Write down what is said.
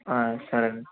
సరే అండి